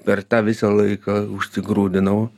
per tą visą laiką užsigrūdinau